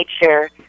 nature